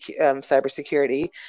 cybersecurity